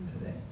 today